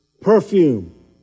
perfume